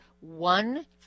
one